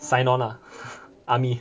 sign on lah army